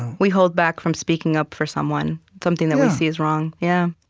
we hold back from speaking up for someone, something that we see is wrong. yeah